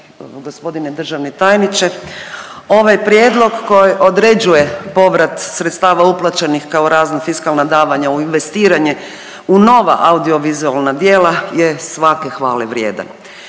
Gospodine državni tajniče. Ovaj prijedlog koji određuje povrat sredstava uplaćenih kao razna fiskalna davanja u investiranje u nova audiovizualna djela je svake hvale vrijedan.